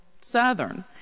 southern